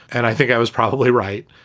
and i think i was probably right.